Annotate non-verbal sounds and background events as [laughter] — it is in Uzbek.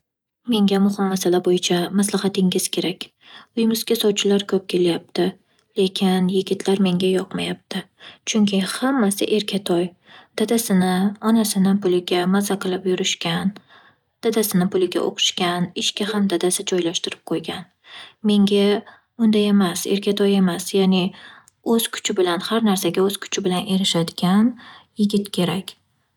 Menga muhim masala bo'yicha maslahatingiz kerak. Uyimizga sovchilar ko'p kelyapti lekin yigitlar menga yoqmayapti. Chunki hammasi erkatoy, dadasini, onasini puliga mazza qilib yurishgan, dadasini puliga o'qishgan [noise] ishga ham dadasi joylashtirib qo'ygan. Menga unday emas, erkatoy emas ya'ni o'z kuchi bilan, har narsaga o'z kuchibilan erishadigan yigit kerak.